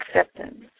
Acceptance